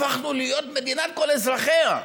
הפכנו להיות מדינת כל אזרחיה.